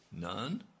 none